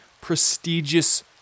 prestigious